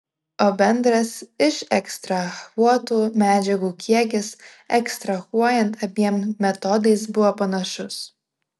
o bendras išekstrahuotų medžiagų kiekis ekstrahuojant abiem metodais buvo panašus